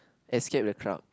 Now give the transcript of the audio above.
escape the crowd